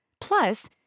Plus